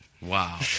Wow